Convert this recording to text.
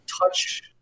touch